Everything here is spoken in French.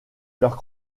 leurs